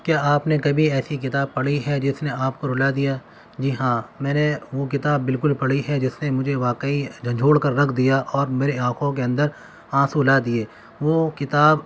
کیا آپ نے کبھی ایسی کتاب پڑھی ہے جس نے آپ کو رلا دیا جی ہاں میں نے وہ کتاب بالکل پڑھی ہے جس نے مجھے واقعی جھنجھوڑ کر رکھ دیا اور میرے آنکھوں کے اندر آنسو لا دیے وہ کتاب